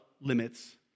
limits